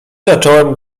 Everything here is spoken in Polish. zacząłem